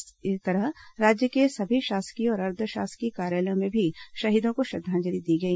इसी तरह राज्य के सभी शासकीय और अर्द्व शासकीय कार्यालयों में भी शहीदों को श्रद्वांजलि दी गई